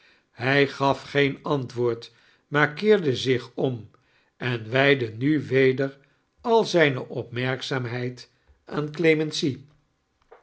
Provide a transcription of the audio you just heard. hij gaf geen antwoordj maar keeirdie zich om em wijdde niu weder al zijne opmericzaamheid aan clemency